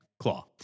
claw